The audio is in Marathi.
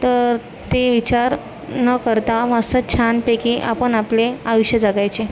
तर ते विचार न करता मस्त छानपैकी आपण आपले आयुष्य जगायचे